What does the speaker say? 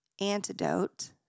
antidote